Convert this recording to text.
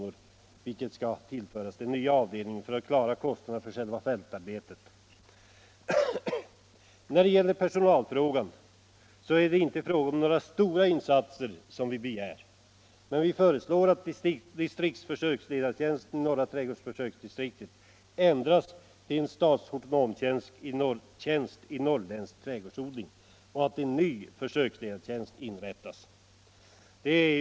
och att detta belopp tillförs den nya avdelningen för att klara kostnaderna för själva fältarbetet. När det gäller personalfrågan är det inte några stora insatser vi begär. Vi föreslår att distriktsförsöksledartjänsten i norra trädgårdsförsöksdistriktet ändras till en statshortonomtjänst i norrländsk trädgårdsodling och att en ny försöksledartjänst inrättas.